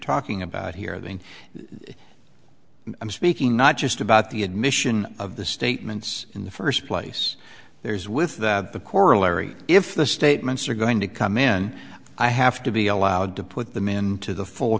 talking about here then i'm speaking not just about the admission of the statements in the first place there's with the corollary if the statements are going to come in and i have to be allowed to put them into the full